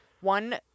one